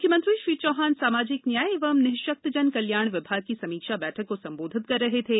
मुख्यमंत्री श्री चौहान सामाजिक न्याय एवं निरूशक्तजन कल्याण विभाग की समीक्षा बैठक को संबोधित कर रहे थे